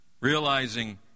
realizing